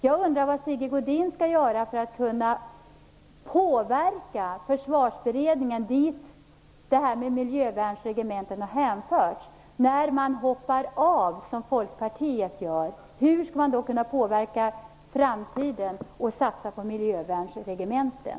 Jag undrar vad Sigge Godin skall göra för att kunna påverka Försvarsberedningen, dit frågan om miljövärnsregementena har hänförts, när man som Folkpartiet gör, hoppar av? Hur skall man då kunna påverka framtiden och satsa på miljövärnsregementen?